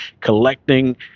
collecting